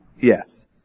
Yes